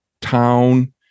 town